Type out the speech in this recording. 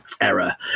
error